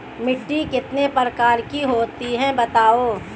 मिट्टी कितने प्रकार की होती हैं बताओ?